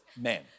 men